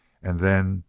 and then,